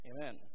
Amen